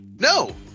No